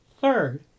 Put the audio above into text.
Third